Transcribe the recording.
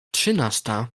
trzynasta